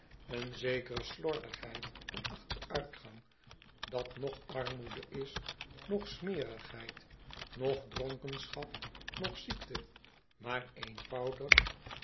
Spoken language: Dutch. een zekere slordigheid en achteruitgang dat noch armoede is noch smerigheid noch dronkenschap noch ziekte maar eenvoudig